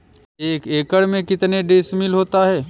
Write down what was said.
एक एकड़ में कितने डिसमिल होता है?